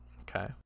Okay